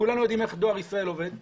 כולנו יודעים איך דואר ישראל עובד.